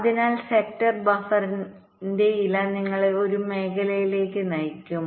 അതിനാൽ സെക്ടർ ബഫറിന്റെഇല നിങ്ങളെ ഒരു മേഖലയിലേക്ക് നയിക്കും